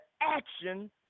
action